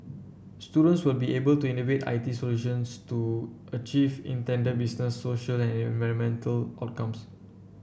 students will be able to innovate I T solutions to achieve intended business social and environmental outcomes